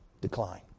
decline